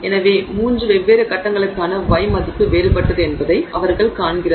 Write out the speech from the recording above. எனவே மூன்று வெவ்வேறு கட்டங்களுக்கான γ மதிப்பு வேறுபட்டது என்பதை அவர்கள் காண்கிறார்கள்